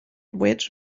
which